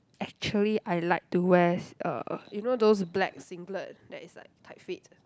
actually I like to wear s~ uh you know those black singlet that is like tight fit